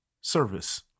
service